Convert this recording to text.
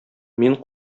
мин